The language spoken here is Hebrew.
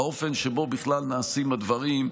האופן שבו בכלל נעשים הדברים,